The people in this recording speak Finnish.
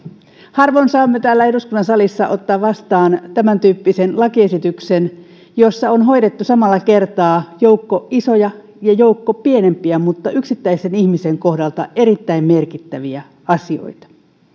harvoin saamme täällä eduskunnan salissa ottaa vastaan tämäntyyppisen lakiesityksen jossa on hoidettu samalla kertaa joukko isoja ja sitten joukko pienempiä mutta yksittäisen ihmisen kohdalla erittäin merkittäviä asioita